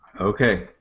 Okay